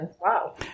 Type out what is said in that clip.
Wow